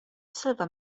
silver